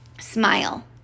Smile